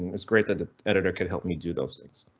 it's great that the editor could help me do those things